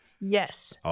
Yes